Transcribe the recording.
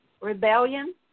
rebellion